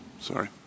Sorry